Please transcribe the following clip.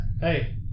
Hey